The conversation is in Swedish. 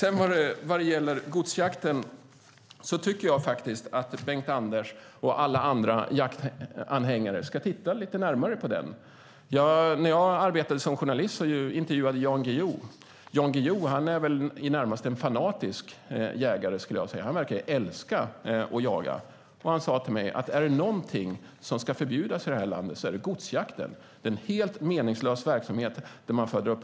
Jag tycker att Bengt-Anders och alla andra jaktanhängare ska titta lite närmare på detta med skyddsjakt. När jag arbetade som journalist intervjuade jag Jan Guillou som väl, skulle jag vilja säga, i det närmaste är en fanatisk jägare. Han verkar älska att jaga. Men han sade till mig: Är det någonting i det här landet som ska förbjudas så är det godsjakten. Det är en helt meningslös verksamhet.